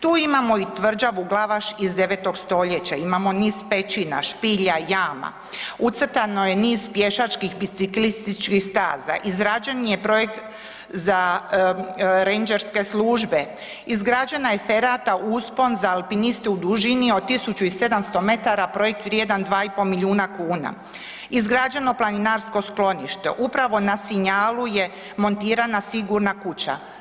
Tu imamo i tvrđavu Glavaš iz 9. stoljeća, imamo niz pećina, špilja, jama, ucrtano je niz pješačkih biciklističkih staza, izrađen je projekt za rendžerske službe, izgrađena je ferata uspon za alpiniste u dužini od 1700 metara projekt vrijedan 2,5 milijuna kuna, izgrađeno planinarsko sklonište upravo na Sinjalu je montirana sigurna kuća.